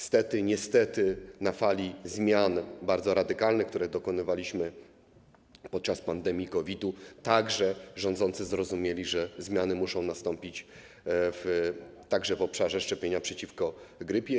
Stety czy niestety na fali zmian, bardzo radykalnych, których dokonywaliśmy podczas pandemii COVID-u, także rządzący zrozumieli, że zmiany muszą nastąpić również w obszarze szczepienia przeciwko grypie.